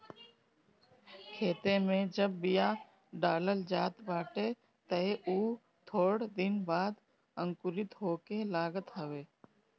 खेते में जब बिया डालल जात बाटे तअ उ थोड़ दिन बाद अंकुरित होखे लागत हवे